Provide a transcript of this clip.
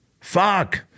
fuck